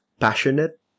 passionate